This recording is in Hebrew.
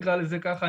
נקרא לזה ככה.